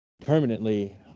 permanently